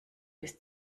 bis